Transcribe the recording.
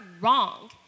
wrong